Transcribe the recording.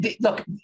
look